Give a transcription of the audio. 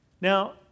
Now